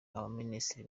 abaminisitiri